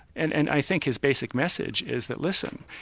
and and i think his basic message is that, listen,